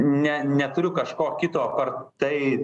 ne neturiu kažko kito apart tai